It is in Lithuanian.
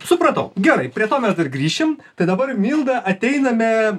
supratau gerai prie to mes dar grįšim tai dabar milda ateiname